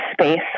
space